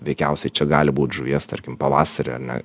veikiausiai čia gali būt žuvies tarkim pavasarį ar ne